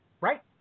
right